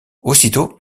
aussitôt